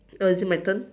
oh is it my turn